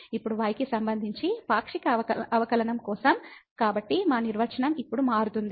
ఇప్పుడు y కి సంబంధించి పాక్షిక అవకలనంకోసం కాబట్టి మా నిర్వచనం ఇప్పుడు మారుతుంది